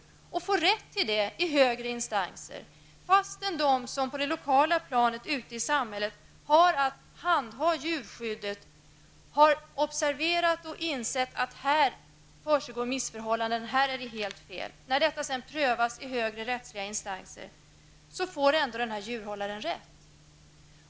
Det går att få rätt till sådant i högre instans, fast man på det lokala planet där man handhar djurskyddet har observerat och insett att det finns missförhållanden. Vid prövning i högre instans får alltså djurhållaren rätt.